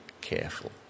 careful